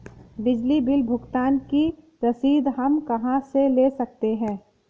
बिजली बिल भुगतान की रसीद हम कहां से ले सकते हैं?